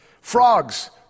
Frogs